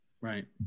Right